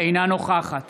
אינה נוכחת